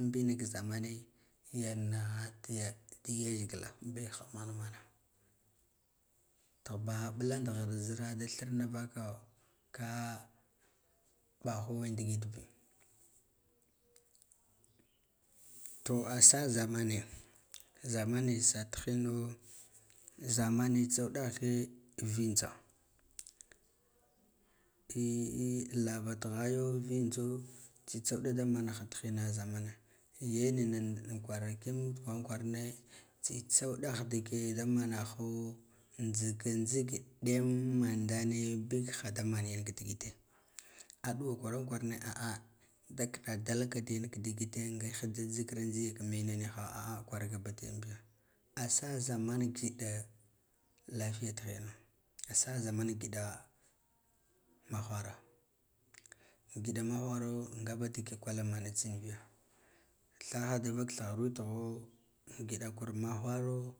Am bina ka zamane ya dada gazgila bilha ma nmana tahg baha mdango di ghir zira da thirka vaka ka mɓahogin digit to a sa zam ane zamane sa dihino zamani tsa uda he vinjha ehn lavataghaya vinjha tsitsaa ɗa da manaha tihina zamane yinna in kwa ra kiyamud kwaran kwarane ya tsa udah dige maho jhige jhige ɗemma ndane bikha da manayan digite aduwa kwaran kwara ne da kiɗa dalka digite ngih da jhikma ajhiya ka mena niha ah kwargaba diyenbi asa zaman ngida lafiya tihin asa zaman ngida mawhara ngida mawharo ngaba dige kwalmana tsin biya thaha da vath thigir wetigho ngida vur maghohero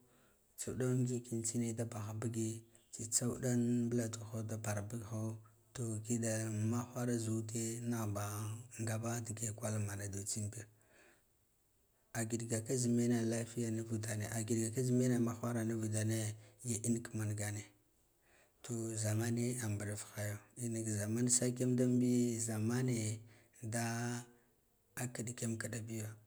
tsauɗan ngigin tsina e da baha buge tsitsa unɗan mɓuladuho dabara bug ho to ngiɗan mawhara zu ude nah ba ha dige kwal mana tsin biya a ngiɗga ka zim ena lafiya nuvud dane a giɗgka zi mane ma whara nuva udane ya in ka mangane to za mane a mbuf heya una ka zaman sa kiyamd nye zaman ne da kiɗ kiyam kida biya